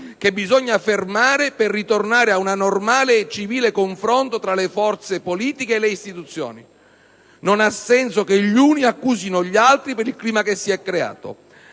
che bisogna fermare» per ritornare «a un normale e civile confronto tra le forze politiche e le istituzioni. Non ha senso che gli uni accusino gli altri per il clima che si è creato».